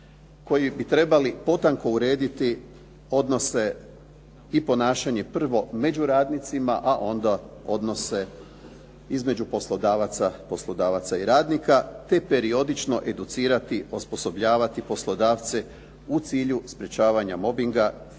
koji bi trebali potanko urediti odnose i ponašanje prvo među radnicima, a onda odnose između poslodavaca i radnika te periodično educirati, osposobljavati poslodavce u cilju sprečavanja mobinga